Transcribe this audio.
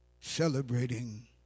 celebrating